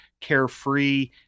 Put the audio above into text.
Carefree